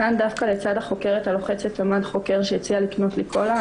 כאן דווקא לצד החוקרת הלוחצת עמד חוקר שהציע לקנות לי קולה.